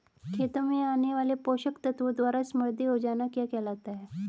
खेतों में आने वाले पोषक तत्वों द्वारा समृद्धि हो जाना क्या कहलाता है?